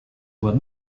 were